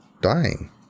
dying